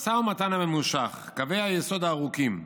המשא ומתן הממושך, קווי היסוד הארוכים,